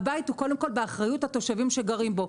הבית הוא קודם כל באחריות התושבים שגרים בו.